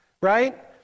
right